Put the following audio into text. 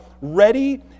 ready